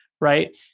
right